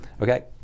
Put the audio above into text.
okay